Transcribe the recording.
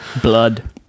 Blood